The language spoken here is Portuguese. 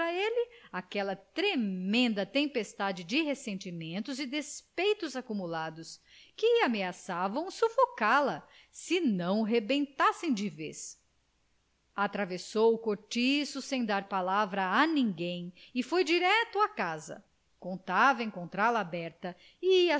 ele aquela tremenda tempestade de ressentimentos e despeitos acumulados que ameaçavam sufocá la se não rebentassem de vez atravessou o cortiço sem dar palavra a ninguém e foi direito à casa contava encontrá-la aberta